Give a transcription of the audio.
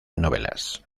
novelas